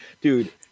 Dude